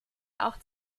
auch